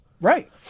Right